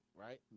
right